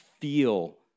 feel